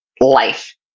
life